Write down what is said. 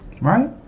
right